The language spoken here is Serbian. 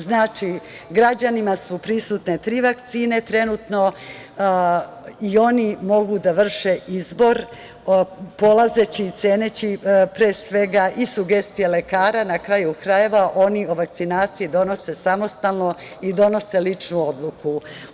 Znači, građanima su prisutne tri vakcine trenutno i oni mogu da vrše izbor, polazeći i ceneći pre svega i sugestije lekara na kraju krajeva oni o vakcinaciji donose samostalno i donose ličnu odluku.